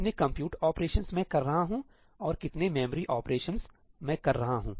कितने compute operations मैं कर रहा हूं और कितने मेमोरी ऑपरेशंस में कर रहा हूं